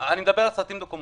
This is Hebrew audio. מדבר על סרטים דוקומנטריים.